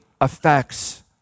affects